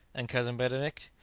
and cousin benedict?